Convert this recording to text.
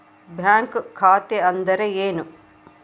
Bank ಖಾತೆ ಅಂದರೆ ಏನು?